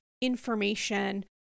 information